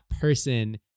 person